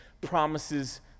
promises